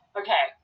okay